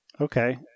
Okay